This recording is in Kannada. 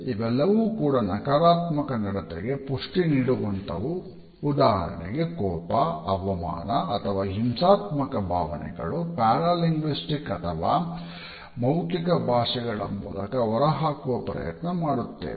ಇವೆಲ್ಲವೂ ಕೂಡ ನಕಾರಾತ್ಮಕ ನಡತೆಗೆ ಪುಷ್ಟಿ ನೀಡುವಂತಹವು ಉದಾಹರಣೆಗೆ ಕೋಪ ಅವಮಾನ ಅಥವಾ ಹಿಂಸಾತ್ಮಕ ಭಾವನೆಗಳು ಪ್ಯಾರಾ ಲಿಂಗ್ವಿಸ್ಟಿಕ್ ಅಥವಾ ಮೌಖಿಕ ಭಾಷೆಗಳ ಮೂಲಕ ಹೊರ ಹಾಕುವ ಪ್ರಯತ್ನ ಮಾಡುತ್ತೇವೆ